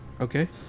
okay